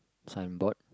signboard